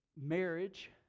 marriage